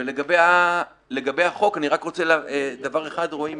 לגבי החוק, רק דבר אחד, שיפוצים.